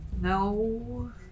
No